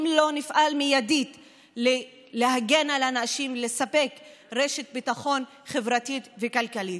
אם לא נפעל מיידית להגן על אנשים ולספק רשת ביטחון חברתית וכלכלית.